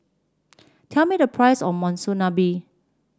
tell me the price of Monsunabe